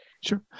Sure